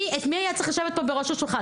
מי היה צריך לשבת פה בראש השולחן?